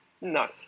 No